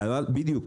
בדיוק.